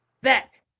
Bet